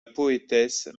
poétesse